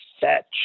Fetch